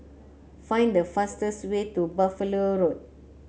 find the fastest way to Buffalo Road